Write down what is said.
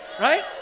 Right